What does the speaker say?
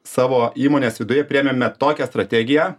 savo įmonės viduje priėmėme tokią strategiją